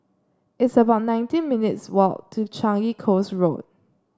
it's about nineteen minutes' walk to Changi Coast Road